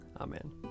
Amen